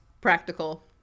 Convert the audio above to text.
practical